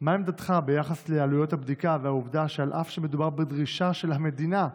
2. מה עמדתך ביחס לעלויות הבדיקה והעובדה שאף שמדובר בדרישה של המדינה,